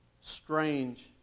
strange